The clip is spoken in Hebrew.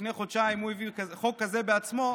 כשלפני חודשיים הוא הביא חוק כזה בעצמו,